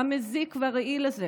המזיק והרעיל הזה.